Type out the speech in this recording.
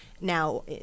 now